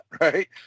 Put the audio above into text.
right